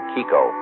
Kiko